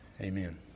amen